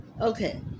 Okay